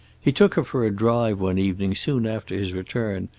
he took her for a drive one evening soon after his return,